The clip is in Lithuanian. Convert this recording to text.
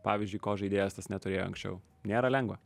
pavyzdžiui ko žaidėjas tas neturėjo anksčiau nėra lengva